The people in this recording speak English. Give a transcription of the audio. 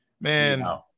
man